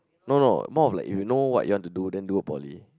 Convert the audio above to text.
no no more of like you will know what you want to do then do a poly